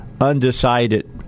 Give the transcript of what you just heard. undecided